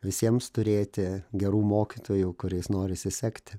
visiems turėti gerų mokytojų kuriais norisi sekti